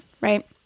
right